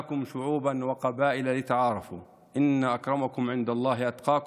אנו בראנו אתכם זכרים ונקבות ועשינו אתכם עמים ושבטים כדי שתכירו,